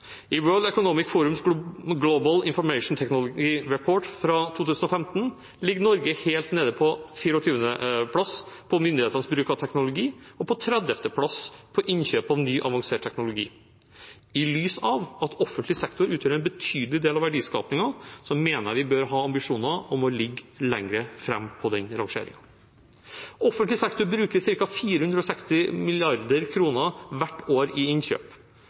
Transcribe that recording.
I World Economic Forums Global Information Technology Report fra 2015 ligger Norge helt nede på 24. plass på myndighetenes bruk av teknologi og på 30. plass på innkjøp av ny avansert teknologi. I lys av at offentlig sektor utgjør en betydelig del av verdiskapingen, mener jeg vi bør ha ambisjoner om å ligge lenger oppe på den rangeringen. Offentlig sektor bruker ca. 460 mrd. kr hvert år på innkjøp,